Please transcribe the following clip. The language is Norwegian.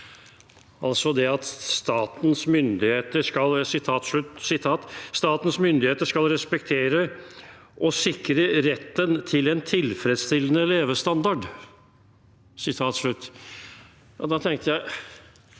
Altså: «Statens myndigheter skal respektere og sikre retten til en tilfredsstillende levestandard (…).» Da tenkte jeg: